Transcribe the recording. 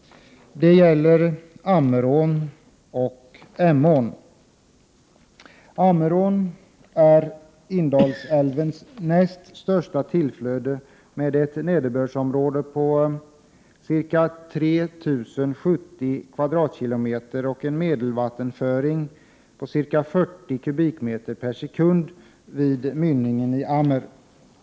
Det gäller Ammerån och Emån. Ammerån är Indalsälvens näst största tillflöde med ett nederbördsområde på ca 3 070 km? och en medelvattenföring på ca 40 m?/sekund vid mynningen i Ammer.